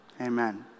Amen